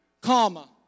comma